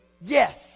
Yes